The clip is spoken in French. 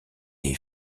est